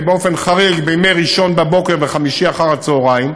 ובאופן חריג בימי ראשון בבוקר וחמישי אחר הצהריים,